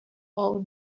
all